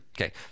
okay